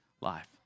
life